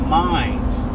minds